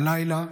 הלילה,